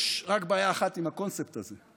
יש רק בעיה אחת עם הקונספט הזה: